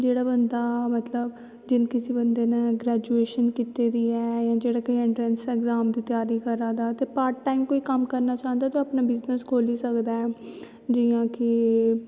जेह्ड़ा बंदा मतलव जिस बंदे नै ग्रैजुएशन कीती दी ऐ जां जेह्ड़े इंट्रैंस दी त्यारी करा दा ते पार्ट टाईम कोई कम्म करना चांह्दा तां अपना बिजनस खोली सकदा ऐ जियां कि